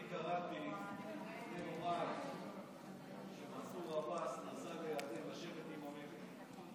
קראתי לפני יומיים שמנסור עבאס נסע לירדן לשבת עם המלך.